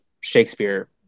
shakespeare